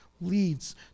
leads